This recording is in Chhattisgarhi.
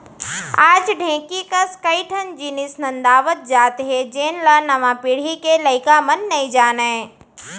आज ढेंकी कस कई ठन जिनिस नंदावत जात हे जेन ल नवा पीढ़ी के लइका मन नइ जानयँ